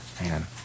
man